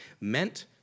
meant